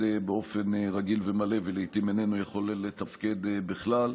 באופן רגיל ומלא ולעיתים איננו יכול לתפקד בכלל.